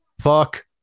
Fuck